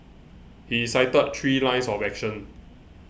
he cited three lines of action